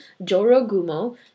Jorogumo